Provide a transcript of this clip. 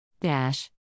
Dash